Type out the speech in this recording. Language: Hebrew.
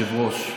היושב-ראש.